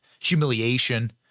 humiliation